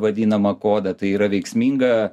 vadinamą kodą tai yra veiksminga